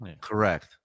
Correct